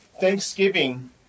Thanksgiving